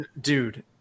Dude